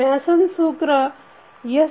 Mason ಸೂತ್ರ Mason's rule S